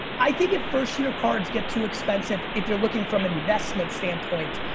i think if first year cards get too expensive if you're looking from investment standpoint,